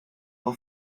will